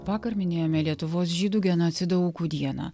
vakar minėjome lietuvos žydų genocido aukų dieną